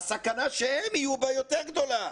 הסכנה שהם יהיו בה יותר גדולה.